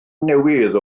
newydd